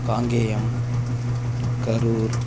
Kangeyam Karur